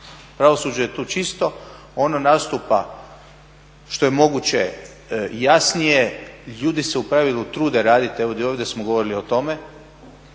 Pravosuđe je tu čisto, ono nastupa što je moguće jasnije, ljudi se u pravilu trude raditi evo i ovdje smo govorili o tome.